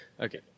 Okay